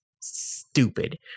stupid